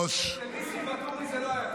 אצל ניסים ואטורי זה לא היה קורה.